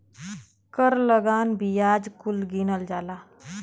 कर लगान बियाज कुल गिनल जाला